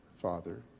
Father